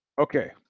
Okay